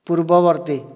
ପୂର୍ବବର୍ତ୍ତୀ